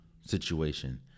situation